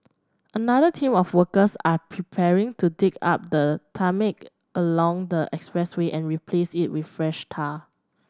another team of workers are preparing to dig up the tarmac along the expressway and replace it with fresh tar